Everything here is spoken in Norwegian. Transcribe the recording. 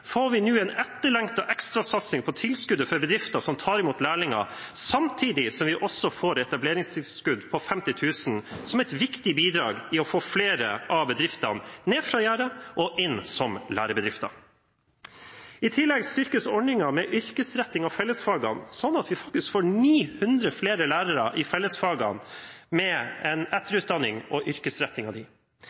får vi nå en etterlengtet ekstrasatsing på tilskuddet til bedrifter som tar imot lærlinger, samtidig som vi også får et etableringstilskudd på 50 000 kr. Det er et viktig bidrag for å få flere av bedriftene ned fra gjerdet og inn som lærebedrifter. I tillegg styrkes ordningen med yrkesretting av fellesfagene, sånn at vi faktisk får 900 flere lærere i fellesfagene – med en etterutdanning og yrkesretting av